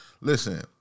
Listen